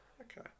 Okay